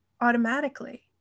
automatically